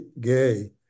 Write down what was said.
Gay